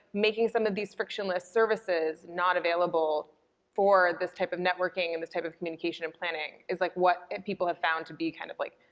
making some of these frictionless services not available for this type of networking and this type of communication and planning is like what and people have found to be kind of, like,